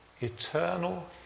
eternal